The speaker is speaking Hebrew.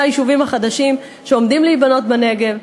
היישובים החדשים שעומדים להיבנות בנגב,